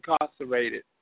incarcerated